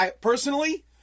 Personally